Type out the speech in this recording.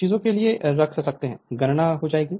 चीजों के लिए रख सकते हैं गणना हो जाएगा